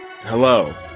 Hello